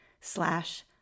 slash